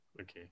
Okay